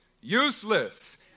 useless